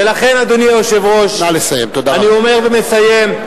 ולכן, אדוני היושב-ראש, אני אומר ומסיים: